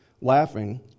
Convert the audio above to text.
laughing